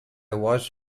was